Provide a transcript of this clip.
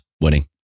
winning